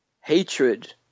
hatred